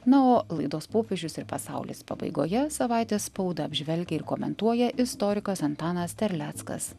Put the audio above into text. na o laidos popiežius ir pasaulis pabaigoje savaitės spaudą apžvelgia ir komentuoja istorikas antanas terleckas